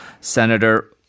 senator